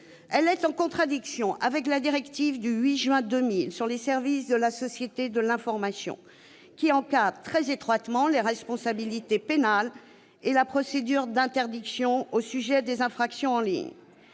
Elle est en contradiction avec la directive européenne du 8 juin 2000 sur les services de la société de l'information, qui encadre très étroitement les responsabilités pénales et la procédure d'interdiction au sujet des infractions en ligne.